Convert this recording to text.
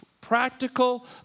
practical